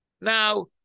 Now